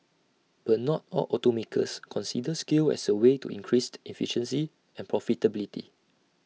but not all automakers consider scale as A way to increased efficiency and profitability